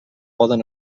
poden